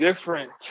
different